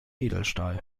edelstahl